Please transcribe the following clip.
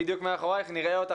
מערך המילואים הוא נבחרת שהולכת